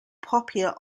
popular